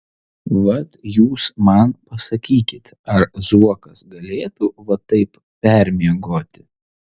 vat jūs man pasakykit ar zuokas galėtų va taip permiegoti